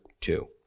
two